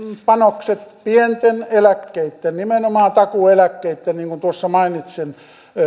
panokset pienten eläkkeitten nimenomaan takuueläkkeitten niin kuin mainitsin